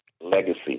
Legacy